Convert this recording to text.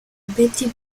betty